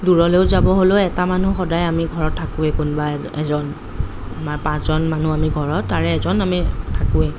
দূৰলৈ যাব হ'লেও এটা মানুহ সদায় আমি ঘৰত থাকোৱেই কোনোবা এজন মা পাঁচজন মানুহ আমি ঘৰত তাৰে এজন আমি থাকোৱে